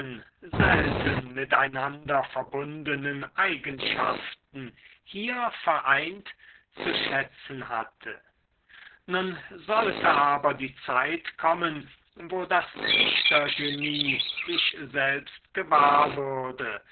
selten mit einander verbundenen eigenschaften hier vereint zu schätzen hatte nun sollte aber die zeit kommen wo das dichtergenie sich selbst gewahr würde